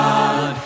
God